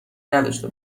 نداشته